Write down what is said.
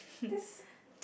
this